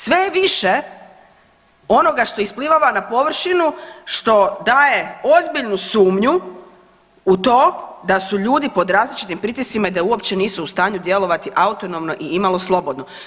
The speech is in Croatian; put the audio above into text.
Sve je više onoga što isplivava na površinu što daje ozbiljnu sumnju u to da su ljudi pod različitim pritiscima da uopće nisu u stanju djelovati autonomno i imalo slobodno.